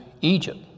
Egypt